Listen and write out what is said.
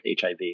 HIV